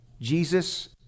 Jesus